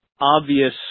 obvious